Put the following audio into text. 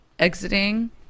Exiting